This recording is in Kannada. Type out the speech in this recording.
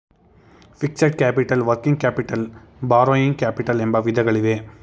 fixed capital working capital borrowing capital ಎಂಬ ವಿಧಗಳಿವೆ